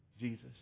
Jesus